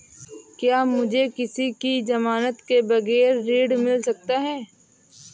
क्या मुझे किसी की ज़मानत के बगैर ऋण मिल सकता है?